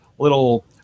Little